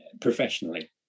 professionally